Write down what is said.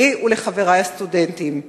לי ולחברי הסטודנטים.